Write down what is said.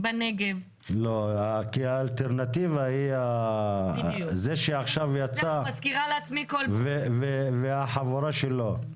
כי האלטרנטיבה היא זה שעכשיו יצא והחבורה שלו.